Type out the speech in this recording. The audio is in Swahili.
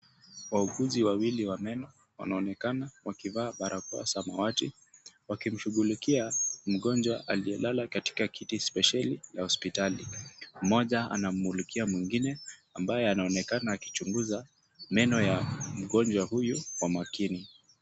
Wauguzi wawili wa meno wanaonekana wakivaa barakoa samawati, wakimshughulikia mgonjwa aliyelala katika kiti spesheli ya hospitali. Mmoja anamumulikia mwingine ambaye anaonekana akichunguza meno ya mgonjwa huyu kwa makini.